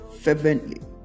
fervently